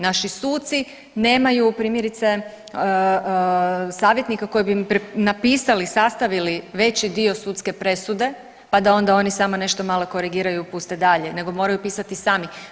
Naši suci nemaju primjerice savjetnika koji bi im napisali, sastavili veći dio sudske presude, pa da onda oni samo nešto malo korigiraju, puste dalje nego moraju pisati sami.